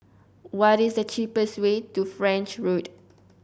what is the cheapest way to French Road